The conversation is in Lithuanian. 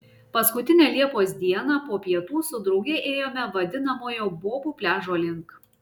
paskutinę liepos dieną po pietų su drauge ėjome vadinamojo bobų pliažo link